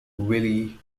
willie